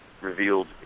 revealed